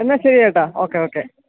എന്നാൽ ശരി ചേട്ടാ ഓക്കെ ഓക്കെ